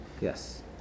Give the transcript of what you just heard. Yes